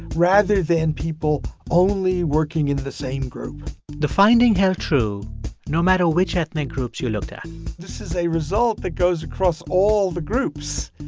rather than people only working in the same group the finding held true no matter which ethnic groups you looked at this is a result that goes across all the groups.